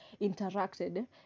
interacted